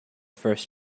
first